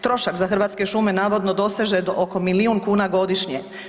Trošak za Hrvatske šume navodno doseže do oko milijun kuna godišnje.